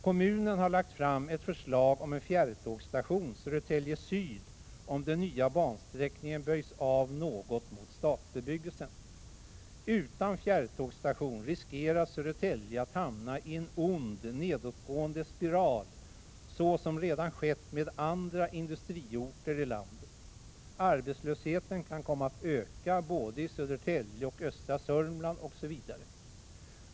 Kommunen har lagt fram ett förslag om en fjärrtågsstation, Södertälje Syd, om den nya bansträckningen böjs av något mot stadsbebyggelsen. Utan fjärrtågsstation riskerar Södertälje att hamna i en ond, nedåtgående spiral, såsom redan skett med andra industriorter i landet; arbetslösheten kan komma att öka både i Södertälje och östra Södermanland osv.